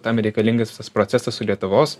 tam reikalingas visas procesas su lietuvos